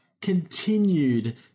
continued